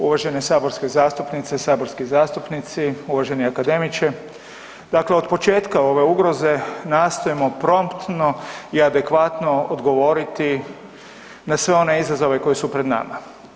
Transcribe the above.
Uvažene saborske zastupnice, saborski zastupnici, uvaženi akademiče, dakle od početka ove ugroze nastojim promptno i adekvatno odgovoriti na sve one izazove koji su pred nama.